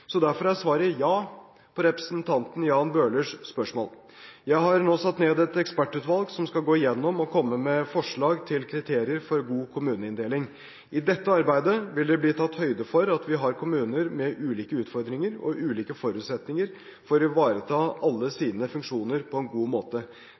Så derfor er svaret ja på representanten Jan Bøhlers spørsmål. Jeg har nå satt ned et ekspertutvalg som skal gå igjennom og komme med forslag til kriterier for en god kommuneinndeling. I dette arbeidet vil det bli tatt høyde for at vi har kommuner med ulike utfordringer og ulike forutsetninger for å ivareta alle